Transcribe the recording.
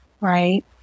right